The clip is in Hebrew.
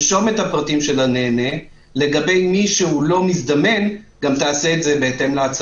מהפרטים לנהל את הסיכונים, להבין מאיפה הוא מגיע,